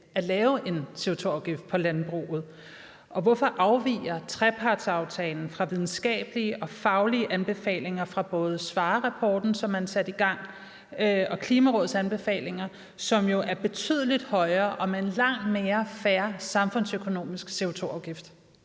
at lave en CO2-afgift på landbruget, og hvorfor afviger trepartsaftalen fra videnskabelige og faglige anbefalinger fra både Svarerrapporten, som man satte i gang, og Klimarådets anbefalinger, som jo er betydelig højere og med en langt mere samfundsøkonomisk fair CO2-afgift?